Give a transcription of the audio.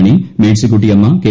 മണി മേഴ്സിക്കുട്ടിയമ്മ കെ